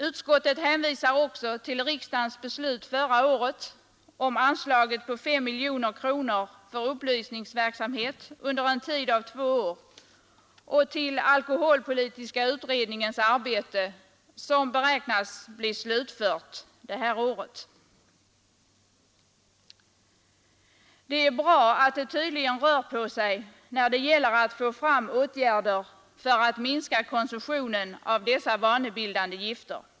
Utskottet hänvisar även till riksdagens beslut förra året om anslaget på S miljoner kronor för upplysningsverksamhet under en tid av två år och till alkoholpolitiska utredningens arbete, som beräknas bli slutfört i år. Det är bra att det tydligen rör på sig när det gäller att få fram åtgärder för att minska konsumtionen av dessa vanebildande gifter.